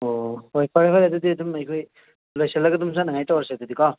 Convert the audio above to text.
ꯑꯣ ꯍꯣꯏ ꯐꯔꯦ ꯐꯔꯦ ꯑꯗꯨꯗꯤ ꯑꯗꯨꯝ ꯑꯩꯈꯣꯏ ꯂꯣꯏꯁꯤꯜꯂꯒ ꯑꯗꯨꯝ ꯆꯠꯅꯉꯥꯏ ꯇꯧꯔꯁꯦ ꯑꯗꯨꯗꯤꯀꯣ